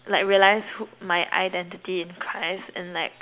like realize who my identity in Christ and like